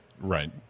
right